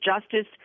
justice